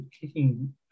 kicking